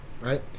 right